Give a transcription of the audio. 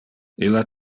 illa